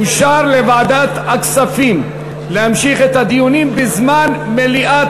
אושר לוועדת הכספים להמשיך את הדיונים בזמן מליאת